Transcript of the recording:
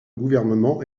gouvernement